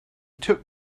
took